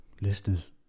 listeners